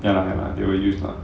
ya lah ya lah they will use lah